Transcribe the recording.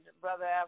Brother